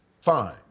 Fine